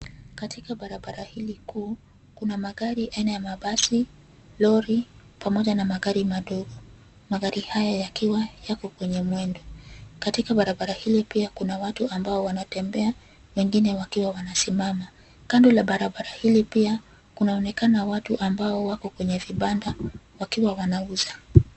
Katika barabara hili kuu, kuna magari aina ya mabasi, lori, pamoja na magari madogo. Magari haya yakiwa yako kwenye mwendo. Katika barabara hili pia kuna watu ambao wanatembea, wengine wakiwa wanasimama. Kando la barabara hili pia kunaonekana watu ambao wako kwenye vibanda wakiwa wanauza.